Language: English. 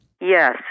Yes